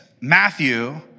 Matthew